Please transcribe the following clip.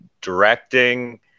directing